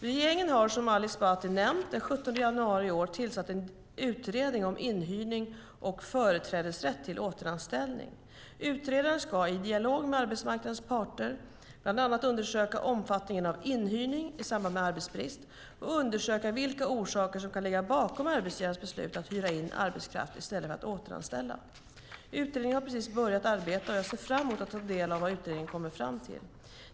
Regeringen har, som Ali Esbati nämnt, den 17 januari i år tillsatt en utredning om inhyrning och företrädesrätt till återanställning. Utredaren ska, i dialog med arbetsmarknadens parter, bland annat undersöka omfattningen av inhyrning i samband med arbetsbrist och undersöka vilka orsaker som kan ligga bakom arbetsgivarens beslut att hyra in arbetskraft i stället för att återanställa. Utredningen har precis börjat arbeta, och jag ser fram emot att ta del av vad utredningen kommer fram till.